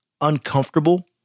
uncomfortable